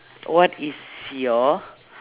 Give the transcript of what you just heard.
what is your